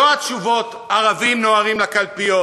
לא התשובות "ערבים נוהרים לקלפיות",